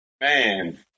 Man